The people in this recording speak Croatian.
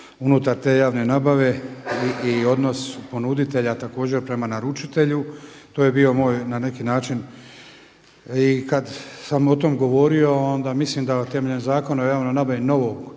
unutar te javne nabave i odnos ponuditelja također prema naručitelju. To je bio moj na neki način i kad sam o tom govorio onda mislim da temeljem Zakona o javnoj nabavi novog